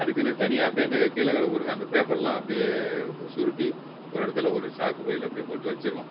அதுக்குனு தனியாக அப்படியே இந்த கீழே கிடக்கு பாருங்கள் அந்த பேப்பர்லாம் அப்படியே சுருட்டி ஒரு இடத்துல ஒரு சாக்கு பையில் அப்படியே போட்டு வச்சிருவோம்